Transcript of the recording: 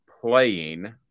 playing